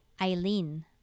Eileen